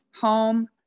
home